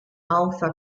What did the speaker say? alpha